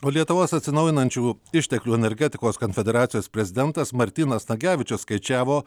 o lietuvos atsinaujinančių išteklių energetikos konfederacijos prezidentas martynas nagevičius skaičiavo